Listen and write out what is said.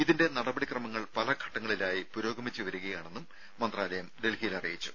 ഇതിന്റെ നടപടിക്രമങ്ങൾ പല ഘട്ടങ്ങളിലായി പുരോഗമിച്ച് വരികയാണെന്നും മന്ത്രാലയം ഡൽഹിയിൽ അറിയിച്ചു